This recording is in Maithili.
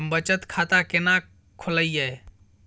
हम बचत खाता केना खोलइयै?